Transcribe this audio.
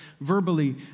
verbally